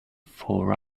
fore